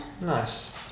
nice